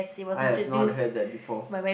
I have not heard that before